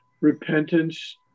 repentance